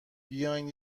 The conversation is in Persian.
بیاین